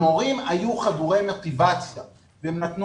המורים היו חדורי מוטיבציה והם נתנו